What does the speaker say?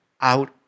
out